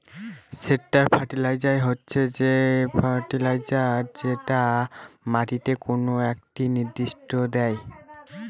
straight fertiliser হচ্ছে যে fertiliser যেটা মাটিকে কোনো একটা নিউট্রিশন দেয়